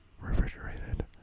Refrigerated